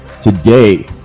Today